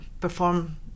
perform